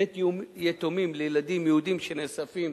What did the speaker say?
בית-יתומים לילדים יהודים שנאספים,